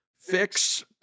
Fix